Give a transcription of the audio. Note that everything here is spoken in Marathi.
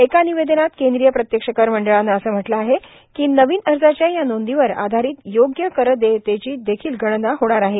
एका निवेदनात केंद्रीय प्रत्यक्ष कर मंडळानं असं म्हटलं आहे की नवीन अर्जाच्या या नोंदींवर आधारित योग्य कर देयतेची देखील गणना होणार आहे